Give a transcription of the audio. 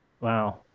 Wow